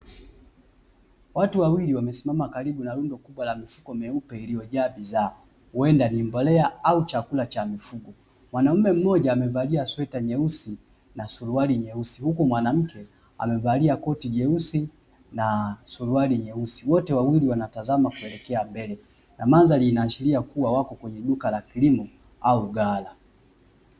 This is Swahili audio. Watu wawili wamesimama karibu na rundo kubwa la mifuko meupe iliyojaa bidhaa huenda ni mbolea au chakula cha mifugo. Mwanaume mmoja amevalia sweta nyeusi na suruali nyeusi huku mwanamke amevalia koti jeusi na suruali nyeusi wote wawili wanatazama kuelekea mbele na mandhari inaashiria kuwa wako kwenye duka la kilimo au gala.